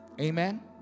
amen